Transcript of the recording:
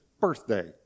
birthday